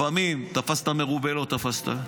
לפעמים תפסת מרובה לא תפסת.